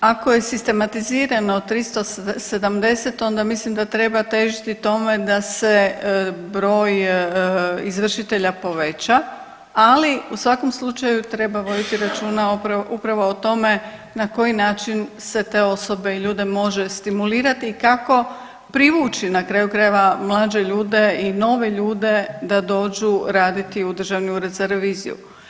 Ako je sistematizirano 370, onda mislim da treba težiti tome da se broj izvršitelja poveća, ali u svakom slučaju treba voditi računa upravo o tome na koji način se te osobe i ljude može stimulirati i kako privući na kraju krajeva, mlađe ljude i nove ljude da dođu raditi u Državni ured za reviziju.